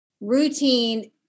routine